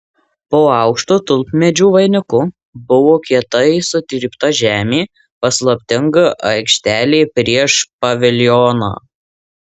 po aukštu tulpmedžių vainiku buvo kietai sutrypta žemė paslaptinga aikštelė prieš paviljoną